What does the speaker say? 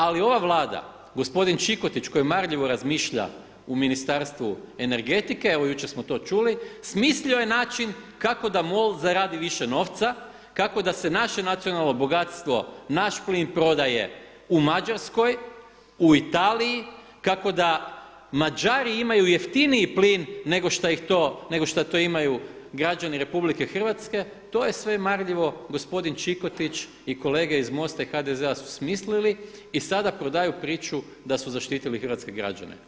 Ali ova Vlada gospodin Čikotić koji marljivo razmišlja u Ministarstvu energetike, evo jučer smo to čuli, smislio je način kako da MOL zaradi više novca kako da se naše nacionalno bogatstvo, naš plin prodaje u Mađarskoj, u Italiji, kako da Mađari imaju jeftiniji plin nego šta to imaju građani RH to je sve marljivo gospodin Čikotić i kolege iz MOST-a i HDZ-a su smislili i sada prodaju priču da su zaštitili hrvatske građane.